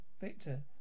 Victor